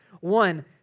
One